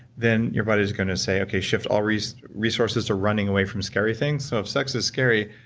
then your body's going to say, okay, shift all resources resources to running away from scary things, so if sex is scary,